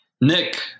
Nick